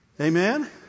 Amen